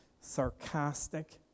sarcastic